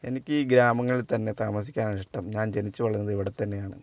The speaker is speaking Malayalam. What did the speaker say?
എനിക്ക് ഈ ഗ്രാമങ്ങളിൽ തന്നെ താമസിക്കാനാണ് ഇഷ്ടം ഞാൻ ജനിച്ചുവളർന്നത് ഇവിടെ തന്നെയാണ്